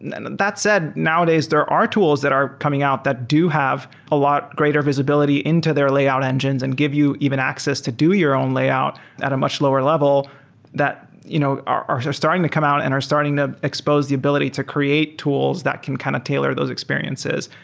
and and and that said, nowadays there are tools that are coming out that do have a lot greater visibility into their layout engines and give you even access to do your own layout at a much lower level that you know are are starting to come out and are starting to expose the ability to create tools that can kind of tailor those experiences.